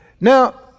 Now